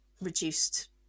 reduced